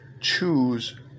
choose